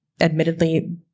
Admittedly